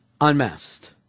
Unmasked